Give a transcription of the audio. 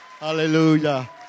Hallelujah